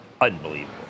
unbelievable